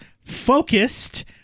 focused